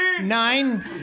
Nine